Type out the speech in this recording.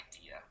idea